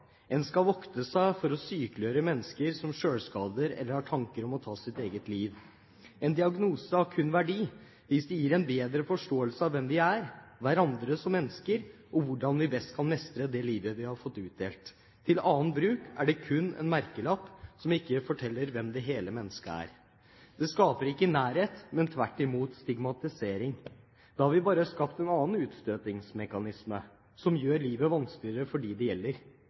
En skal vokte seg for å sykeliggjøre mennesker som driver med selvskading eller har tanker om å ta sitt eget liv. En diagnose har kun verdi hvis det gir en bedre forståelse av hvem vi er, av hverandre som mennesker og av hvordan vi best kan mestre det livet vi har fått utdelt. Til annet bruk er det kun en merkelapp, som ikke forteller hvem det hele mennesket er. Det skaper ikke nærhet, men tvert imot stigmatisering. Da har vi bare skapt en annen utstøtingsmekanisme som gjør livet vanskeligere for dem det gjelder.